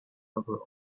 booklets